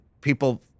people